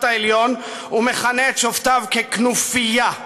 העליון ומכנה את שופטיו "כנופיה".